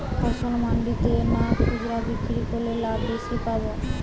ফসল মন্ডিতে না খুচরা বিক্রি করলে লাভ বেশি পাব?